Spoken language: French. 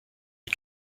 les